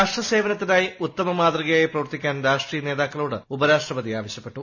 രാഷ്ട്ര സേവനത്തിനായി ഉത്തമ മാതൃകയായി പ്രവർത്തിക്കാ്ൻ രാഷ്ട്രീയ നേതാക്കളോട് ഉപരാഷ്ട്രപതി ആവശ്യപ്പെട്ടു